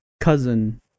cousin